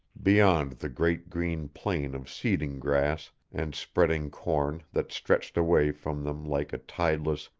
beyond the great green plain of seeding grass and spreading corn that stretched away from them like a tideless,